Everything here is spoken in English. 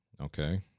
okay